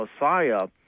Messiah